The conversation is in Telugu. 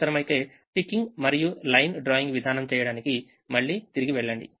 అవసరమైతే టికింగ్ మరియు లైన్ డ్రాయింగ్ విధానం చేయడానికి మళ్ళీ తిరిగి వెళ్ళండి